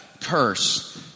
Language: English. curse